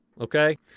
Okay